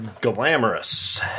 glamorous